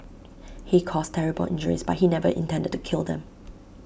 he caused terrible injuries but he never intended to kill them